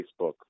Facebook